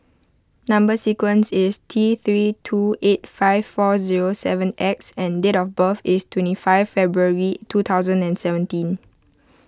Number Sequence is T three two eight five four zero seven X and date of birth is twenty five February two thousand and seventeen